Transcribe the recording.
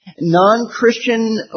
non-Christian